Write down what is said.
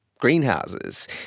greenhouses